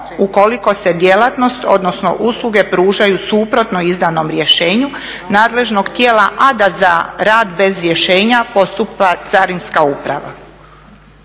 ukoliko se djelatnost, odnosno usluge pružaju suprotno izdanom rješenju nadležnog tijela, a da za rad bez rješenja postupa Carinska uprava.